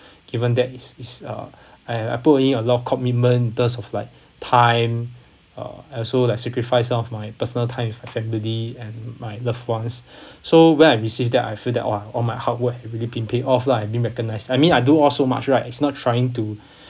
given that it's it's uh I I put in it a lot of commitment in terms of like time uh I also like sacrifice of my personal time with my family and my loved ones so when I receive that I feel that !wah! all my hard work had really been paid off lah and being recognised I mean I do all so much right is not trying to